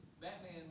Batman